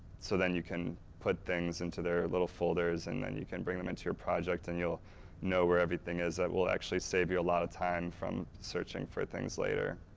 so then you can put things into their little folders and then you can bring them into your project and you'll know where everything is. it will actually save you a lot of time, from searching for things later.